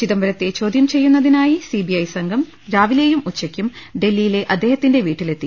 ചിദംബരത്തെ ചോദ്യം ചെയ്യുന്നതിനായി സിബിഐ സംഘം രാവിലെയും ഉച്ചക്കും ഡൽഹിയിലെ അദ്ദേഹത്തിന്റെ വീട്ടിലെ ത്തി